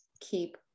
keep